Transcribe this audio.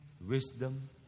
wisdom